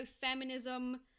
feminism